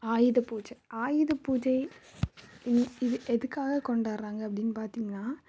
ஆயிதபூஜை ஆயுதபூஜை இ இது எதுக்காக கொண்டாடுறாங்க அப்படின்னு பார்த்தீங்கன்னா